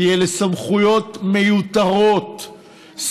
כי אלה סמכויות מיותרות.